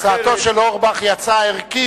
הצעתו של אורבך היא הצעה ערכית,